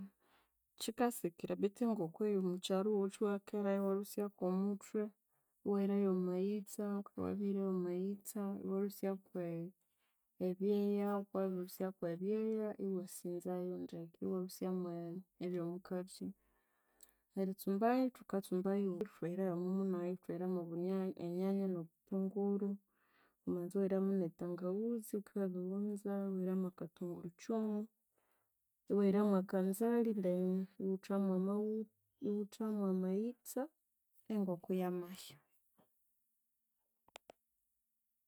Kyikasikira betu engoko eyo mukyaru wuwithe iwakerayo iwalhusya komuthwe, iwahirayo mwamaghitsa, wabirihirayo mwamaghitsa iwalhusya kwe ebyeya, wabilhusya kwebyeya, iwasinzayo ndeke, iwalhusya mwe ebyomukathi, eritsumbayo, thukatsumba ithwahirayo omwa munagha, thwehiramo bunyanya, enyanya nobuthunguru, wamanza iwahiramo ne tangawuzi wukibya wabiriwuza, iwahiramo akatungurutsumu, iwahiramo akanzali iwutha mwamawutha, iwutha mwamaghitsa engoko iyamahya